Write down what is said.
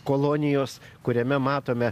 kolonijos kuriame matome